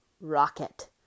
rocket